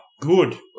Good